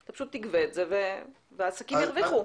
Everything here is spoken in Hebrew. פשוט תגבה את זה והעסקים ירוויח.